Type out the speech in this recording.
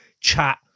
chat